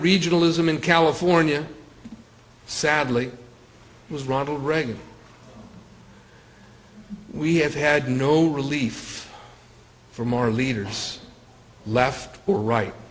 regionalism in california sadly it was ronald reagan we have had no relief from our leaders left or right